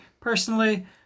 Personally